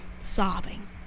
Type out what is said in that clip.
sobbing